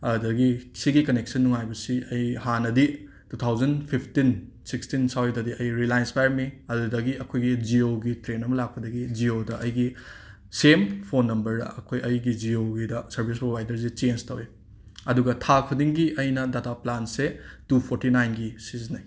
ꯑꯗꯒꯤ ꯑꯁꯤꯒꯤ ꯀꯅꯦꯛꯁꯟ ꯅꯨꯡꯉꯥꯏꯕꯁꯤ ꯑꯩ ꯍꯥꯟꯅꯗꯤ ꯇꯨ ꯊꯥꯎꯖꯟ ꯐꯤꯐꯇꯤꯟ ꯁꯤꯛꯁꯇꯤꯟ ꯁ꯭ꯋꯥꯏꯗꯗꯤ ꯑꯩ ꯔꯤꯂꯥꯏꯟꯁ ꯄꯥꯏꯔꯝꯃꯤ ꯑꯗꯨꯗꯒꯤ ꯑꯩꯈꯣꯏꯒꯤ ꯖꯤꯌꯣꯒꯤ ꯇ꯭ꯔꯦꯟ ꯑꯃ ꯂꯥꯛꯄꯗꯒꯤ ꯖꯤꯌꯣꯗ ꯑꯩꯒꯤ ꯁꯦꯝ ꯐꯣꯟ ꯅꯝꯕꯔ ꯑꯩꯈꯣꯏ ꯑꯩꯒꯤ ꯖꯤꯌꯣꯒꯤꯗ ꯁꯔꯕꯤꯁ ꯄ꯭ꯔꯣꯕꯥꯏꯗꯔꯁꯦ ꯆꯦꯟꯁ ꯇꯧꯋꯦ ꯑꯗꯨꯒ ꯊꯥ ꯈꯨꯗꯤꯡꯒꯤ ꯑꯩꯅ ꯗꯇꯥ ꯄ꯭ꯜꯥꯟꯁꯦ ꯇꯨ ꯐꯣꯔꯇꯤ ꯅꯥꯏꯟꯒꯤ ꯁꯤꯖꯤꯟꯅꯩ